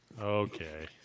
Okay